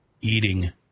eating